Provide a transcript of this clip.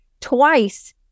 twice